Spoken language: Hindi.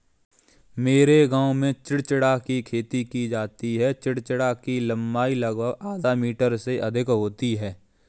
मेरे गांव में चिचिण्डा की खेती की जाती है चिचिण्डा की लंबाई लगभग आधा मीटर से अधिक होती है